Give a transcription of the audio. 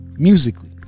Musically